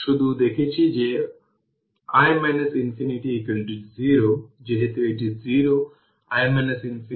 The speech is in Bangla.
সুতরাং যদি সিম্প্লিফাই করুন তবে v2 t 4 e power t 20 volt পাবেন